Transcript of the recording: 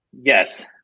yes